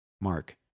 Mark